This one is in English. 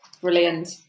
brilliant